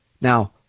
Now